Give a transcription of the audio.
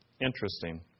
Interesting